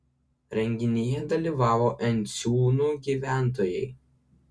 renginyje dalyvavo enciūnų gyventojai